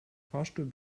fahrstuhl